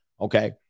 okay